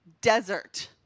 desert